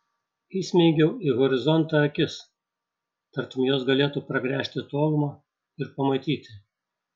įsmeigiau į horizontą akis tartum jos galėtų pragręžti tolumą ir pamatyti